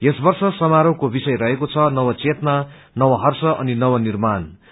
यस वर्ष समारोहकोविषय रहेको छं नवचेतना नवहर्ष अनि नव निर्माण